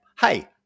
hey